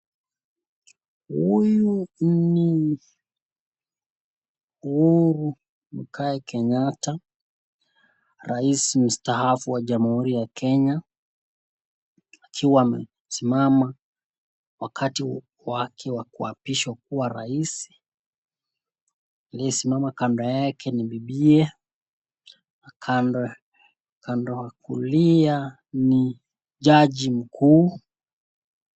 Huyu ni Uhuru Mwegai Kenyatta rais mstaafu wa jamhuri ya Kenya akiwa amesimama wakati wake wa kuapishwa wa kuwa rais aliyesimama kando yake ni bibiye kando kulia ni jaji mkuu.